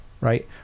right